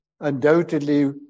undoubtedly